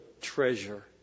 treasure